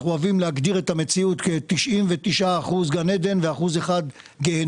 אנחנו אוהבים להגדיר את המציאות כ-99% גן עדן ו-1% גיהינום.